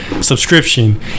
subscription